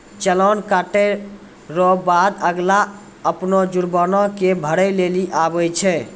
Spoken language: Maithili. चालान कटे रो बाद अगला अपनो जुर्माना के भरै लेली आवै छै